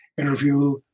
interview